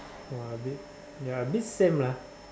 !wah! a bit ya a bit same lah